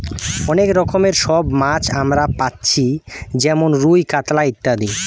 অনেক রকমের সব মাছ আমরা পাচ্ছি যেমন রুই, কাতলা ইত্যাদি